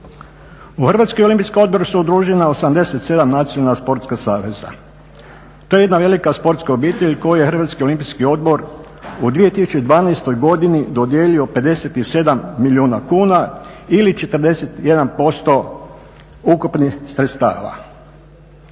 U Hrvatski olimpijski odbor su udružena 87 nacionalna sportska saveza. To je jedna velika sportska obitelj kojoj Hrvatski olimpijski odbor u 2012. godini dodijelio 57 milijuna kuna ili 41% ukupnih sredstava.